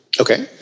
Okay